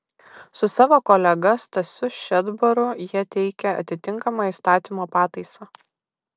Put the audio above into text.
su savo kolega stasiu šedbaru jie teikia atitinkamą įstatymo pataisą